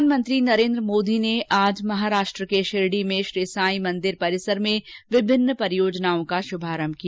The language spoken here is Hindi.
प्रधानमंत्री नरेन्द्र मोदी ने आज महाराष्ट्र के शिरडी में श्री साई मंदिर परिसर में विभिन्न परियोजनाओं का शुभारंभ किया